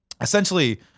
essentially